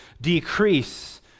decrease